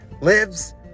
lives